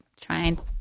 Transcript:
trying